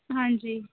ਹਾਂਜੀ